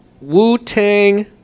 Wu-Tang